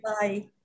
Bye